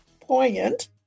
poignant